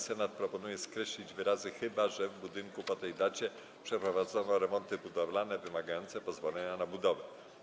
Senat proponuje skreślić wyrazy „chyba, że w budynku po tej dacie przeprowadzono roboty budowlane wymagające pozwolenia na budowę”